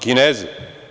Kinezi.